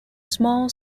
small